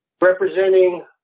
representing